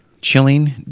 chilling